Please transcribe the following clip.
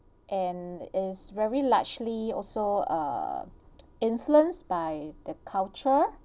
and is very largely also uh influenced by the culture